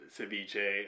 ceviche